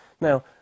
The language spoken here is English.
Now